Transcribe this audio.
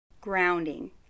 Grounding